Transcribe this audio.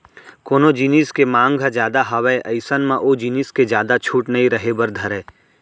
कोनो जिनिस के मांग ह जादा हावय अइसन म ओ जिनिस के जादा छूट नइ रहें बर धरय